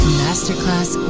masterclass